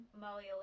Molly